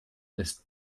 ist